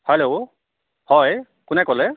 hello হয় কোনে ক'লে